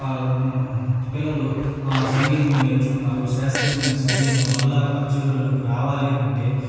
పల్లన్న పిల్లలు ఆ సంగీతం నేర్చుకున్నారు శాస్త్రీయమైన సంగీతం మళ్ళీ ప్రాచుర్యంలోకి రావాలి అనంటే